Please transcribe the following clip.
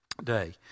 day